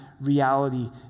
reality